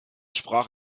sprach